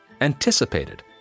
anticipated